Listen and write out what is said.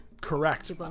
Correct